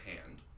hand